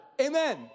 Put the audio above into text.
amen